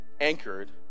anchored